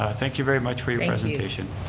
thank you very much for your presentation.